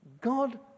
God